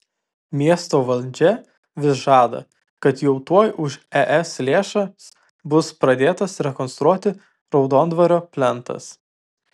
miesto valdžia vis žada kad jau tuoj už es lėšas bus pradėtas rekonstruoti raudondvario plentas